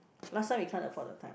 last time we can't afford the time